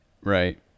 right